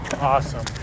awesome